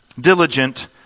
Diligent